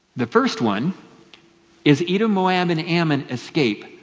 the first one is edom, moab and ammon escape.